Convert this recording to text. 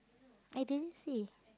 I didn't see